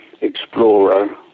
explorer